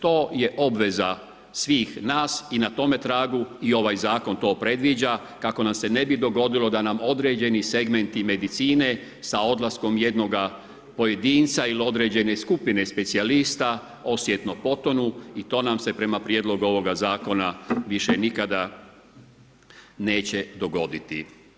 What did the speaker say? To je obveza svih nas i na tome tragu i ovaj zakon to predviđa, kako nam se ne bi dogodilo da nam određeni segmenti medicine, sa odlaskom jednoga pojedinca ili određene skupine specijalista osjetno potonu i to nam se prema prijedlogu ovoga zakona, više nikada neće dogoditi.